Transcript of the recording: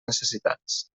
necessitats